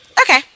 Okay